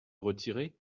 retirez